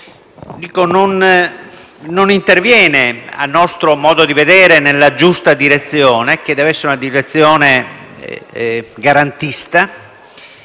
non interviene, a nostro modo di vedere, nella giusta direzione, che deve essere una direzione garantista,